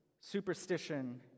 superstition